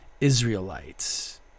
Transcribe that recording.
Israelites